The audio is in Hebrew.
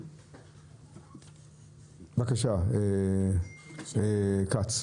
בבקשה, כץ.